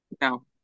no